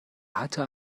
حتا